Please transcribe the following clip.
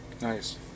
Nice